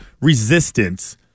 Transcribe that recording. resistance